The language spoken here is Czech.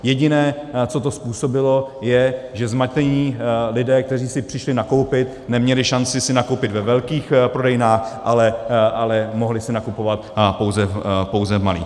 Jediné, co to způsobilo, je, že zmatení lidé, kteří si přišli nakoupit, neměli šanci si nakoupit ve velkých prodejnách, ale mohli si nakupovat pouze v malých.